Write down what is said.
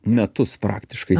metus praktiškai